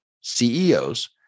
CEOs